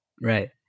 Right